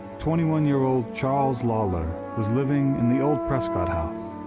twenty one year old charles lawlor was living in the old prescott house,